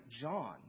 John